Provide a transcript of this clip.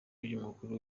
by’umukuru